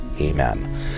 Amen